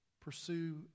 Pursue